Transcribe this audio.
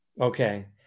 Okay